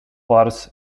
pars